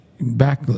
back